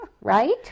Right